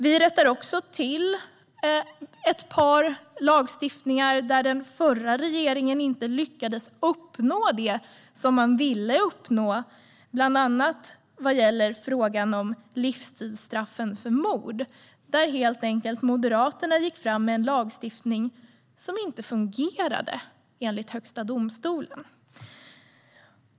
Vi rättar också till ett par lagstiftningar där den förra regeringen inte lyckades uppnå det som man ville uppnå, bland annat vad gäller frågan om livstidsstraffen för mord, där Moderaterna helt enkelt gick fram med en lagstiftning som inte fungerade, enligt Högsta domstolen.